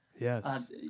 Yes